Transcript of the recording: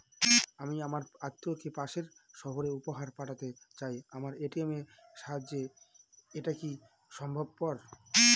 আমি আমার আত্মিয়কে পাশের সহরে উপহার পাঠাতে চাই আমার এ.টি.এম এর সাহায্যে এটাকি সম্ভবপর?